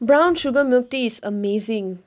brown sugar milk tea is amazing